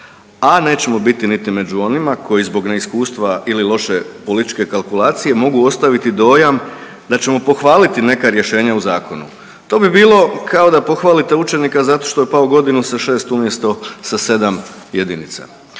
a nećemo biti niti među onima koji zbog neiskustva ili loše političke kalkulacije mogu ostaviti dojam da ćemo pohvaliti neka rješenja u zakonu, to bi bilo kao da pohvalite učenika zato što je pao godinu sa 6 umjesto sa 7 jedinica.